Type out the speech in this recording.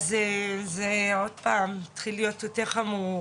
ואז זה עוד פעם התחיל להיות יותר חמור,